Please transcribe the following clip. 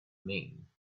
mean